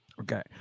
Okay